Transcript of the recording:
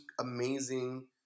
amazing